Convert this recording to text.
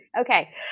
Okay